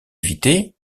évitait